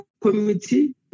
committee